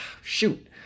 shoot